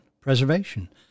preservation